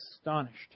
astonished